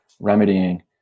remedying